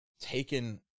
taken